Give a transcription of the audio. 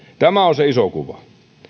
on se iso kuva